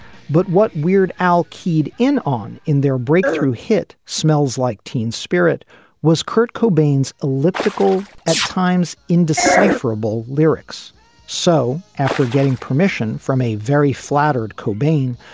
but what weird al keyed in on in their breakthrough hit smells like teen spirit was kurt cobain's elliptical at times indecipherable lyrics so after getting permission from a very flattered cobain,